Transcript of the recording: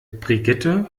brigitte